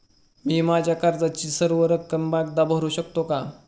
मी माझ्या कर्जाची सर्व रक्कम एकदा भरू शकतो का?